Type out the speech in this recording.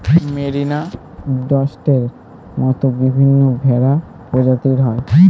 merino, ডর্সেটের মত বিভিন্ন ভেড়া প্রজাতি হয়